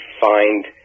find